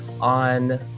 on